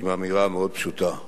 עם אמירה מאוד פשוטה: